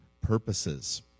purposes